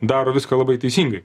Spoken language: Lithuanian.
daro viską labai teisingai